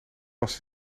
was